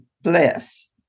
bless